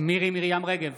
מירי מרים רגב,